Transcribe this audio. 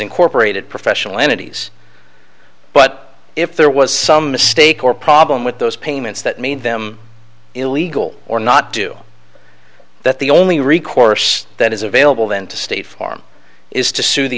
incorporated professional entities but if there was some mistake or problem with those payments that made them illegal or not do that the only recourse that is available then to state farm is to sue the